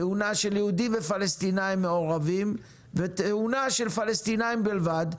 תאונה של יהודים ופלסטינאים מעורבים ותאונה של פלסטינאים בלבד,